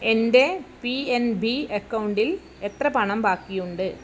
എൻ്റെ P N B അക്കൗണ്ടിൽ എത്ര പണം ബാക്കിയുണ്ട്